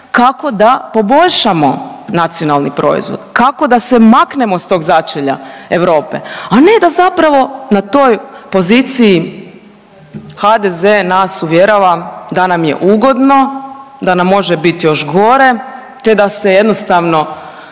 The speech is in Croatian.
kako da poboljšamo nacionalni proizvod, kako da se maknemo s tog začelja Europe, a ne da zapravo na toj poziciji HDZ nas uvjerava da nam je ugodno, da nam može bit još gore, te da se jednostavno